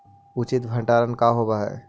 उचित भंडारण का होव हइ?